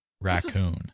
Raccoon